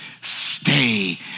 stay